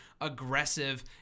aggressive